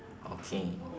okay